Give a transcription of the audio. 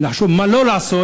אלא נחשוב מה לא לעשות,